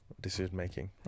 decision-making